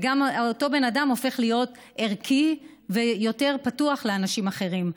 וגם אותו בן אדם הופך להיות ערכי ויותר פתוח לאנשים אחרים.